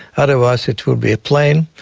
otherwise it will be a plain,